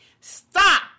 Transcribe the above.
Stop